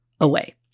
away